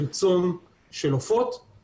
צוות מקצועי משותף למשרד החקלאות ולמשרד להגנת